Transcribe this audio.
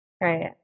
Right